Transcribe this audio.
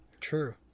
true